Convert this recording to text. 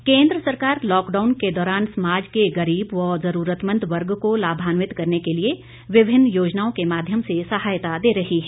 गरीब कल्याण योजना केंद्र सरकार लॉकडाउन के दौरान समाज के गरीब व जरूरतमंद वर्ग को लाभान्वित करने के लिए विभिन्न योजनाओं के माध्यम से सहायता दे रही है